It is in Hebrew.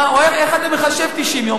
איך אתה מחשב 90 יום?